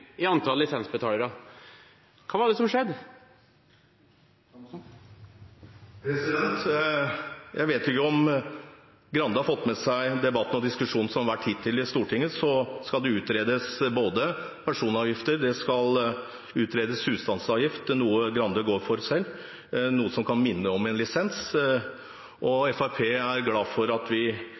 i antall lisensbetalere. Hva var det som skjedde? Jeg vet ikke om Grande har fått med seg debatten og diskusjonen som hittil har vært i Stortinget. Det skal utredes personavgift, og det skal utredes husstandsavgift, noe Grande selv går inn for, og som kan minne om en lisens. Fremskrittspartiet er glad for at vi